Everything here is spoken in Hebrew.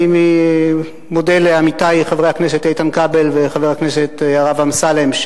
אני מודה לעמיתי חבר הכנסת איתן כבל וחבר הכנסת הרב אמסלם,